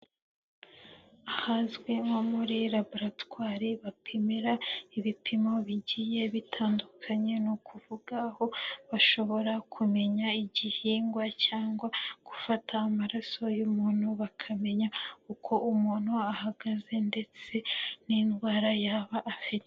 Ahazwi nko muri laboratwari bapimira ibipimo bigiye bitandukanye, ni ukuvuga aho bashobora kumenya igihingwa cyangwa gufata amaraso y'umuntu bakamenya uko umuntu ahagaze ndetse n'indwara yaba afite.